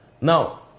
Now